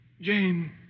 Jane